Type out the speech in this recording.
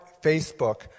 Facebook